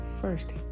first